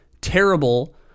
terrible